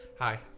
Hi